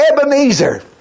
Ebenezer